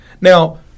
Now